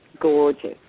Gorgeous